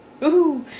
Woohoo